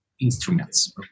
instruments